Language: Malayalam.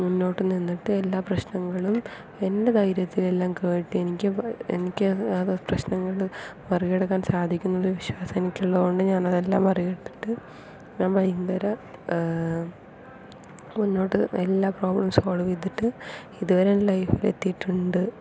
മുന്നോട്ട് നിന്നിട്ട് എല്ലാ പ്രശ്നങ്ങളും എൻ്റെ ധൈര്യത്തിൽ എല്ലാം കേട്ട് എനിക്ക് എനിക്ക് അത് പ്രശ്നങ്ങള് മറികടക്കാൻ സാധിക്കും എന്നുള്ള വിശ്വാസം എനിക്ക് ഉള്ളത് കൊണ്ട് ഞാൻ അത് എല്ലാം മറികടന്നിട്ട് ഞാൻ ഭയങ്കര മുന്നോട്ട് എല്ലാ പ്രോബ്ളവും സോൾവ് ചെയ്തിട്ട് ഇതുവരെ എൻ്റെ ലൈഫിൽ എത്തിയിട്ടുണ്ട്